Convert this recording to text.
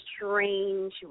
strange